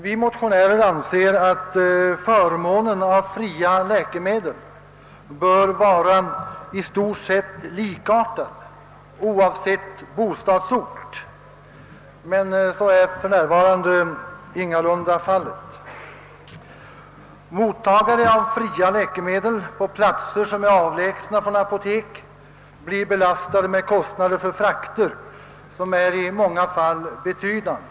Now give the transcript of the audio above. Vi motionärer anser att förmånen av fria läkemedel bör vara i stort sett likartade oavsett bostadsort, men så är för närvarande ingalunda fallet. Mottagare av fria läkemedel på platser som är avlägsna från apotek blir belastade med fraktkostnader som i många fall är betydande.